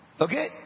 Okay